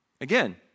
Again